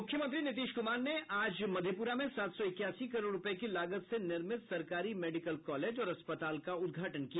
मुख्यमंत्री नीतीश कुमार ने आज मधेपुरा में सात सौ इक्यासी करोड़ रूपये की लागत से निर्मित सरकारी मेडिकल कॉलेज और अस्पताल का उद्घाटन किया